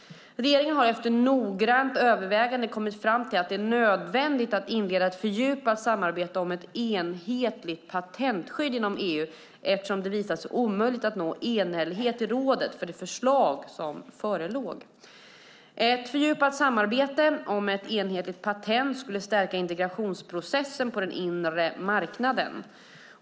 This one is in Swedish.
Regeringen har efter noggrant övervägande kommit fram till att det är nödvändigt att inleda ett fördjupat samarbete om ett enhetligt patentskydd inom EU, eftersom det visat sig omöjligt att nå enhällighet i rådet för det förslag som förelåg. Ett fördjupat samarbete om ett enhetligt patent skulle stärka integrationsprocessen på den inre marknaden.